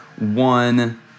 one